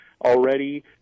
already